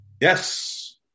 Yes